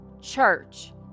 church